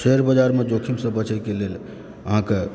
share बजारमे जोखिमसंँ बचएके लेल अहाँकेँ